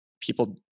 people